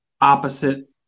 Opposite